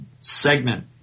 segment